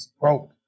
broke